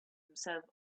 himself